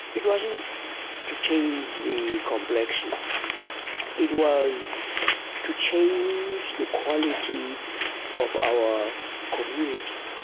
it wasn't to change the complexion it was to change the quality of our community,